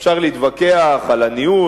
אפשר להתווכח על הניהול,